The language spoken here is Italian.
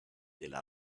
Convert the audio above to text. della